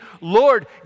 Lord